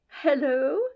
Hello